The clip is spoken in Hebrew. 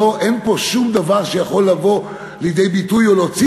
אין פה שום דבר שיכול לבוא לידי ביטוי או להוציא